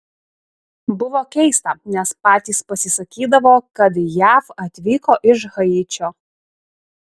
buvo keista nes patys pasisakydavo kad į jav atvyko iš haičio